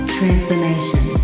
transformation